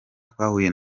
twahuye